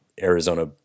Arizona